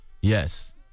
yes